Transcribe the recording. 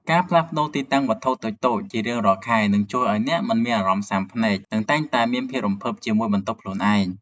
ការផ្លាស់ប្តូរទីតាំងវត្ថុតូចៗជារៀងរាល់ខែ នឹងជួយឱ្យអ្នកមិនមានអារម្មណ៍ស៊ាំភ្នែក និងតែងតែមានភាពរំភើបជាមួយបន្ទប់ខ្លួនឯង។